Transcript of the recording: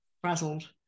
frazzled